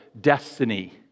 destiny